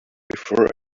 before